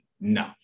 No